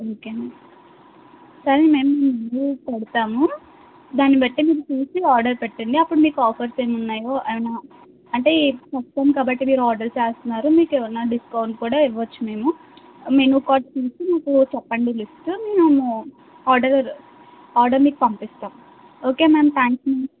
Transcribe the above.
okay ma'am సరే మేము menu చూసి పెడతాము దాని బట్టి మీరు చూసి ఆర్డర్ పెట్టండి అపుడు మీకు ఆఫర్స్ ఏమున్నాయో అలా అంటే మొత్తం కాబట్టి మీరు ఆర్డర్ చేస్తునారు మీకు ఏమైనా డిస్కౌంట్ కూడా ఇవ్వవచ్చు మేము మెనూ కార్డ్ చూసి మీరు చెప్పండి లిస్ట్ మేము ఆర్డర్ ఆర్డర్ మీకు పంపిస్తాము ఓకే మ్యామ్ థ్యాంక్యూ మ్యామ్